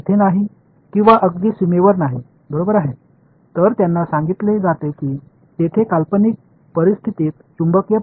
ஏனெனில் காந்த மின்னோட்டம் உள்ளது இது ஒரு தூய மேற்பரப்பு மின்னோட்டமாகும் அது இங்கே இல்லை அங்கேயும் இல்லை அது எல்லையில் உள்ளது